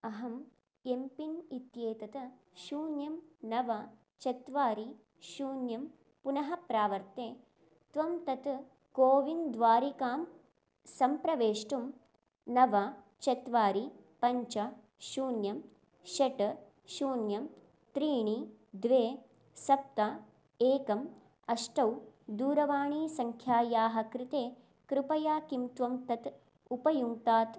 अहम् M PIN इत्येतत् शून्यं नव चत्वारि शून्यं पुनः प्रावर्ते त्वं तत् कोविन् द्वारिकां सम्प्रवेष्टुं नव चत्वारि पञ्च शून्यं षट् शून्यं त्रीणि द्वे सप्त एकम् अष्टौ दूरवाणीसङ्ख्यायाः कृते कृपया किं त्वं तत् उपयुङ्क्ता